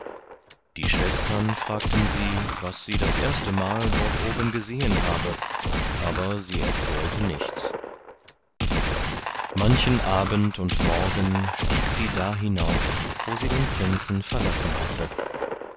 die schwestern fragten sie was sie das erste mal dort oben gesehen habe aber sie erzählte nichts manchen abend und morgen stieg sie da hinauf wo sie den prinzen verlassen hatte